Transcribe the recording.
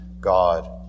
God